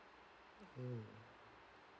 mm